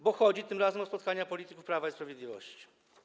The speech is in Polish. Bo chodzi tym razem o spotkania polityków Prawa i Sprawiedliwości.